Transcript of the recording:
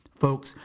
Folks